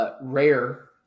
rare